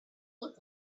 looked